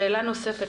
שאלה נוספת.